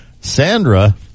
Sandra